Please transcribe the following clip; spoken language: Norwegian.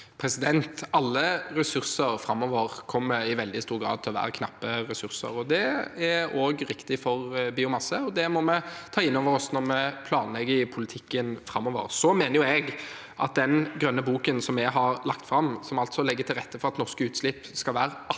Alle ressurser framover kommer i veldig stor grad til å være knappe ressurser. Det er også riktig for biomasse, og det må vi ta inn over oss når vi planlegger i politikken framover. Jeg mener at den grønne boken vi har lagt fram, som altså legger til rette for at norske utslipp skal være 18